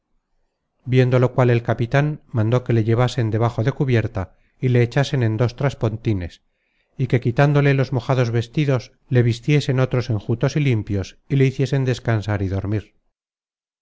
viendo lo cual el capitan mandó que le llevasen debajo de cubierta y le echasen en dos traspontines y que quitándole los mojados vestidos le vistiesen otros enjutos y limpios y le hiciesen descansar y dormir